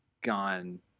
gone